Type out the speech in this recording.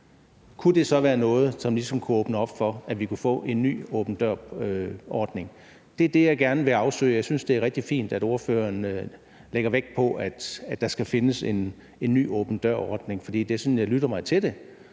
Kunne det så været noget, som ligesom kunne åbne op for, at vi kunne få en ny åben dør-ordning? Det er det, jeg gerne vil afsøge. Jeg synes, det er rigtig fint, at der skal findes en ny åben dør-ordning – for det er det, jeg kan lytte mig til.